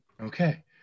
Okay